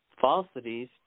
falsities